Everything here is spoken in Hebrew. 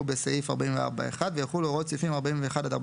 בסעיף 44(1) ויחולו הוראות סעיפים 41 עד 44,